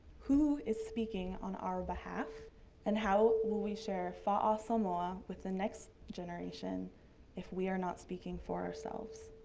who is speaking on our behalf and how will we share fa'asamoa with the next generation if we are not speaking for ourselves?